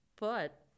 But-